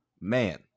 man